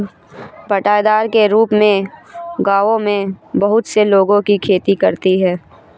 बँटाईदार के रूप में गाँवों में बहुत से लोगों की खेती करते हैं